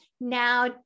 now